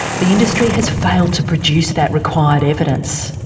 the industry has failed to produce that required evidence.